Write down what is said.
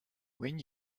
when